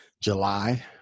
july